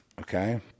okay